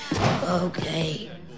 Okay